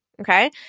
Okay